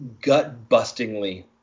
gut-bustingly